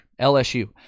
LSU